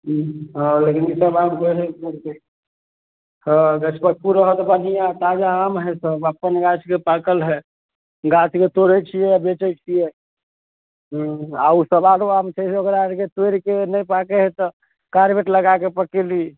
हुँ हँ ई लेकिन ईसब आम गछपक्कू रहत तऽ बढ़िआँ ताजा आम हइ सब अप्पन गाछके पाकल हइ गाछसँ तोड़ै छिए आओर बेचै छिए हँ ओ सुआदो आओरके ओकरा तोड़िकऽ नहि पाकै हइ तऽ कार्बेट लगाके पकैली